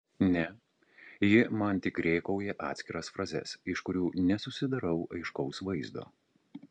ne ji man tik rėkauja atskiras frazes iš kurių nesusidarau aiškaus vaizdo